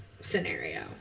scenario